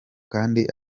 kandi